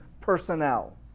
personnel